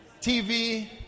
TV